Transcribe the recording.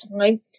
time